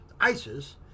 ISIS